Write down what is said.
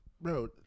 Bro